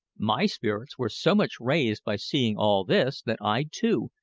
my spirits were so much raised by seeing all this that i, too,